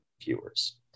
viewers